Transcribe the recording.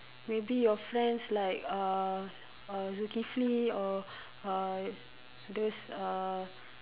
maybe your friends like uh Zukifli or uh those uh